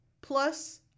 Plus